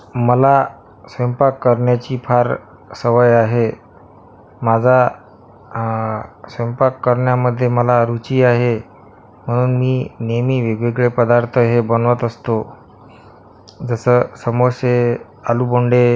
मला स्वैंपाक करण्याची फार सवय आहे माझा स्वैंपाक करण्यामध्ये मला रुची आहे म्हणून मी नेहमी वेगवेगळे पदार्थ हे बनवत असतो जसं समोसे आलूबोंडे